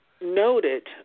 noted